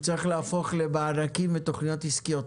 הוא צריך להפוך למענקים ולתכניות עסקיות,